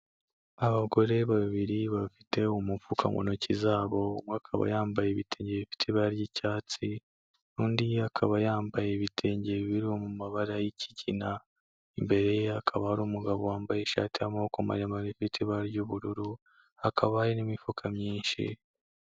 Abagore babiri bafite umufuka mu ntoki zabo akaba yambaye ibitenge bifite ibara ry'icyatsi, undi akaba yambaye ibitenge biri mu mabara y'kigina, imbere ye akaba ari umugabo wambaye ishati y'amaboko maremare ifite ibara ry'ubururu hakaba hari n'imifuka myinshi.